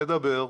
נדבר,